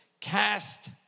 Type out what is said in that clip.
cast